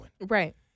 Right